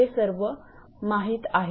हे सर्व माहित आहे